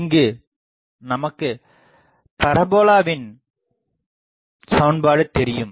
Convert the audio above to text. இங்கு நமக்குப் பரபோலவின் சமன்பாடுதெரியும்